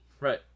right